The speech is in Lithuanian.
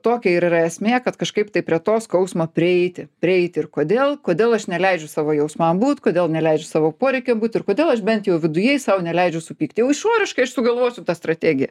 tokia ir yra esmė kad kažkaip tai prie to skausmo prieiti prieiti ir kodėl kodėl aš neleidžiu savo jausmam būt kodėl neleidžiu savo poreikiam būt ir kodėl aš bent jau viduje sau neleidžiu supykti jau išoriškai aš sugalvosiu tą strategiją